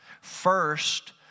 First